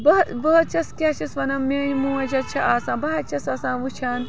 بہٕ بہٕ حظ چھَس کیٛاہ چھَس وَنان میٛٲنۍ موج حظ چھِ آسان بہٕ حظ چھَس آسان وٕچھان